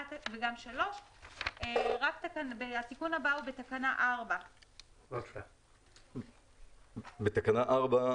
וגם 3. התיקון הבא הוא בתקנה 4. בתקנה 4,